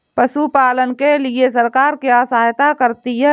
पशु पालन के लिए सरकार क्या सहायता करती है?